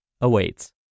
awaits